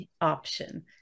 option